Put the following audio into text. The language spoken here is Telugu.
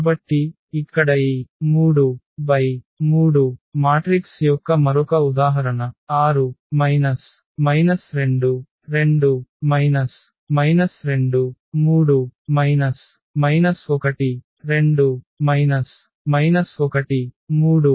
కాబట్టి ఇక్కడ ఈ 3x3 మాట్రిక్స్ యొక్క మరొక ఉదాహరణ 6 2 2 2 3 1 2 1 3